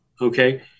okay